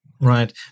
Right